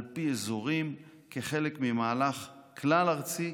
על פי אזורים, כחלק ממהלך כלל-ארצי,